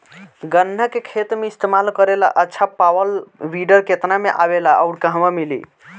गन्ना के खेत में इस्तेमाल करेला अच्छा पावल वीडर केतना में आवेला अउर कहवा मिली?